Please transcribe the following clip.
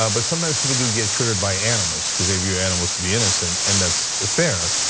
um but sometimes people do get triggered by animals, cuz they view animals to be innocent and that's fair.